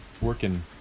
working